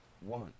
one